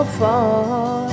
far